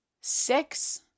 six